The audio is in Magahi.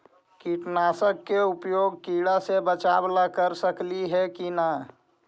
कीटनाशक के उपयोग किड़ा से बचाव ल कर सकली हे की न?